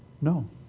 No